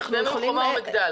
חומה ומגדל.